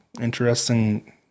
interesting